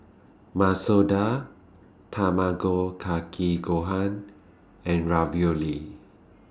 Masoor Dal Tamago Kake Gohan and Ravioli